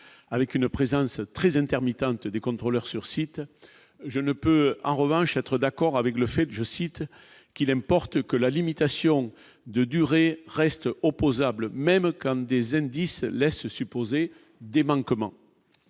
avec une présence très intermittente des contrôleurs sur site, je ne peut en revanche être d'accord avec le fait, je cite, qu'il importe que la limitation de durée reste opposables même comme des indices laissent supposer des dément